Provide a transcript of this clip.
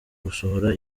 gusohora